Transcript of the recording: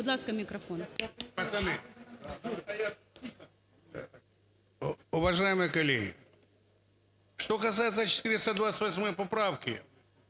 Будь ласка, мікрофон.